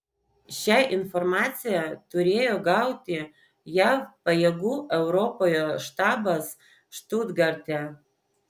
šią informaciją turėjo gauti jav pajėgų europoje štabas štutgarte